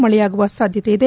ಮಳೆಯಾಗುವ ಸಾಧ್ಯತೆ ಇದೆ